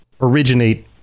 originate